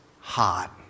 hot